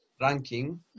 ranking